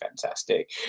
fantastic